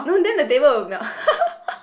no then the table will melt